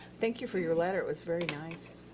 thank you for your letter. it was very nice.